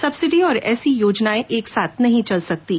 subsidy और ऐसी योजना एक साथ नहीं चल सकतीं